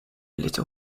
little